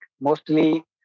mostly